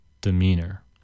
demeanor